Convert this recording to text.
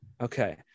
Okay